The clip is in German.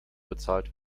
bezahlt